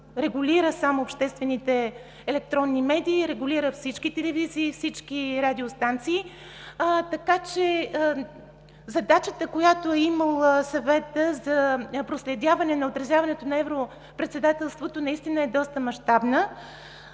регулира само обществените електронни медии, регулира всички телевизии, всички радиостанции, така че задачата, която е имал Съвета за проследяване на отразяването на Европредседателството, наистина е доста мащабна.